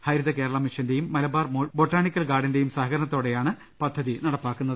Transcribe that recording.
ഹരി തകേരളമിഷന്റെയും മലബാർ ബൊട്ടാണിക്കൽ ഗാർഡന്റെയും സഹകരണത്തോടെയാണ് പദ്ധതി നടപ്പാക്കുക